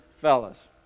fellas